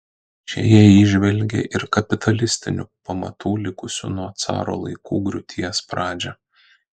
čia jie įžvelgė ir kapitalistinių pamatų likusių nuo caro laikų griūties pradžią